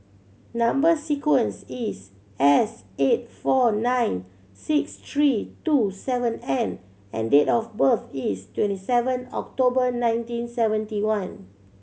number sequence is S eight four nine six three two seven N and date of birth is twenty seven October nineteen seventy one